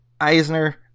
Eisner